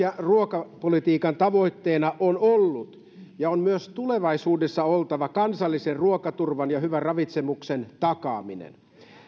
ja ruokapolitiikan tavoitteena on ollut ja on myös tulevaisuudessa oltava kansallisen ruokaturvan ja hyvän ravitsemuksen takaaminen